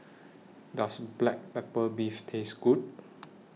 Does Black Pepper Beef Taste Good